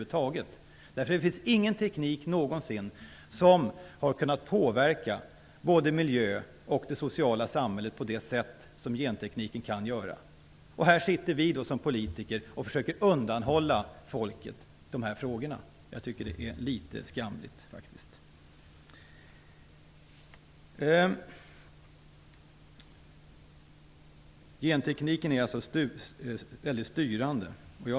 Det finns ingen teknik någonsin som har kunnat påverka både miljö och det sociala samhället på det sätt som gentekniken kan göra. Här sitter vi som politiker och försöker undanhålla folket dessa frågor. Jag tycker faktiskt att det är litet skamligt. Gentekniken är alltså väldigt styrande.